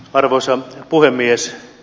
arvoisa puhemies